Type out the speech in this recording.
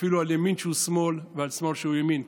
אפילו על ימין שהוא שמאל ועל שמאל שהוא ימין.